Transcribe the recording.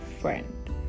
friend